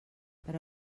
però